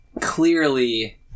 clearly